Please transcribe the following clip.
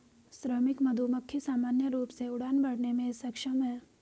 श्रमिक मधुमक्खी सामान्य रूप से उड़ान भरने में सक्षम हैं